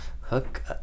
Hook